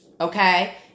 Okay